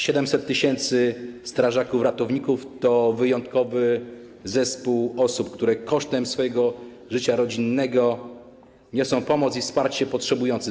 700 tys. strażaków ratowników to wyjątkowy zespół osób, które kosztem swojego życia rodzinnego niosą pomoc i wsparcie potrzebującym.